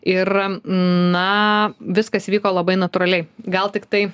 ir na viskas vyko labai natūraliai gal tiktai